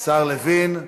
השר לוין.